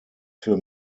für